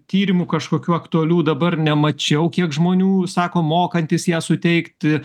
tyrimu kažkokių aktualių dabar nemačiau kiek žmonių sako mokantys ją suteikti